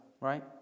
Right